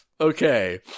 okay